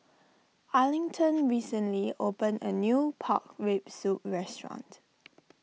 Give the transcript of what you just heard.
Arlington recently opened a new Pork Rib Soup restaurant